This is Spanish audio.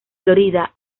florida